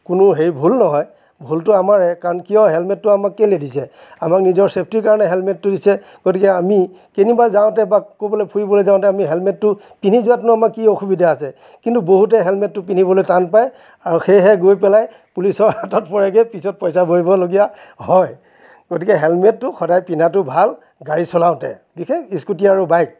কোনো হেৰি ভুল নহয় ভুলটো আমাৰে কাৰণ কিয় হেলমেটটো আমাক কেলৈ দিছে আমাক নিজৰ চেফটিৰ কাৰণে হেলমেটটো দিছে গতিকে আমি কেনিবা যাওঁতে বা ফুৰিবলৈ যাওঁতে আমি হেলমেটটো পিন্ধি যোৱাতনো আমাৰ কি অসুবিধা আছে কিন্তু বহুতেই হেলমেটটো পিন্ধিবলৈ টান পাই আৰু সেয়েহে গৈ পেলাই পুলিচৰ হাতত পৰেগৈ পিছত পইচা ভৰিবলগীয়া হয় গতিকে হেলমেটটো সদায় পিন্ধাটো ভাল গাড়ী চলাওঁতে বিশেষ স্কুটি আৰু বাইক